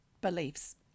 beliefs